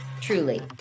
truly